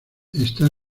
están